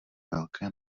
velké